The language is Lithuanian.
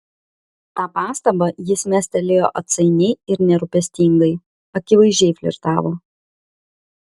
tą pastabą jis mestelėjo atsainiai ir nerūpestingai akivaizdžiai flirtavo